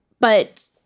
But-